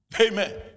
amen